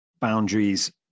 boundaries